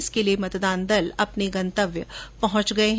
इसके लिये मतदान दल अपने गंतव्य पहुंच गये हैं